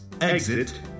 Exit